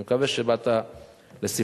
אני מקווה שבאת על סיפוקך,